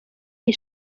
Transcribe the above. iyi